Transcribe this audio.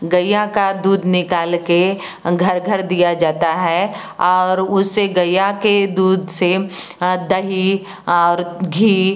गैया का दूध निकाल के घर घर दिया जाता है और उससे गैया के दूध से दही और घी